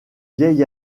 vieil